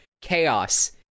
chaos